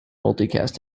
multicast